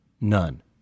None